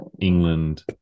England